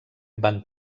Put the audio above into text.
van